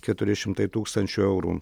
keturi šimtai tūkstančių eurų